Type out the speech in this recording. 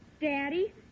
Daddy